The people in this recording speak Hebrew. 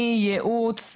החל מייעוץ,